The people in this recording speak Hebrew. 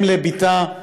אם לבתה,